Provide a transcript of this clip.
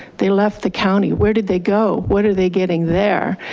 they left the county, where did they go? what are they getting there?